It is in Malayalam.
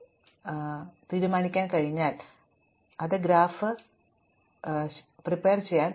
അതിനാൽ ഇപ്പോൾ ഞങ്ങൾക്ക് ഗ്രാഫ് ലഭിച്ചുകഴിഞ്ഞാൽ നമുക്ക് ഗ്രാഫ് വീണ്ടും വരയ്ക്കാം